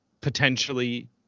potentially